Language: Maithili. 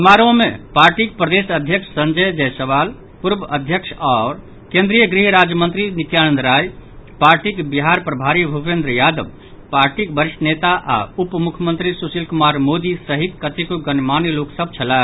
समारोह मे पार्टीक प्रदेश अध्यक्ष संजय जायसवाल पूर्व अध्यक्ष आओर केन्द्रीय गृह राज्य मंत्री नित्यानंद राय पार्टीक बिहार प्रभारी भूपेन्द्र यादव पार्टीक वरिष्ठ नेता आओर उप मुख्यमंत्री सुशील कुमार मोदी सहित कतेको गणमान्य लोक सभ छलाह